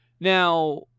Now